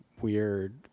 weird